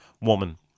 woman